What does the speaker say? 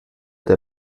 der